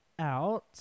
out